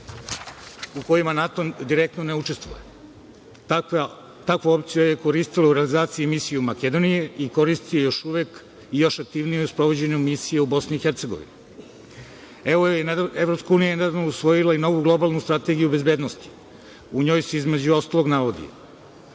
u kojima NATO direktno ne učestvuje. Takvu opciju je koristila u realizaciji Misije u Makedoniji i koristi još uvek i još je aktivnija u sprovođenju misija u Bih. Evropska unija je nedavno usvojila i novu globalnu Strategiju o bezbednosti. U njoj se, između ostalog, navodi